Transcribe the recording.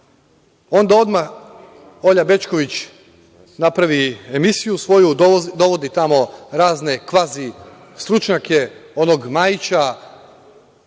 Onda odmah Olja Bećković napravi svoju emisiju, dovodi tamo razne kvazi stručnjake, onog Majića,